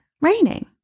raining